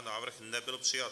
Návrh nebyl přijat.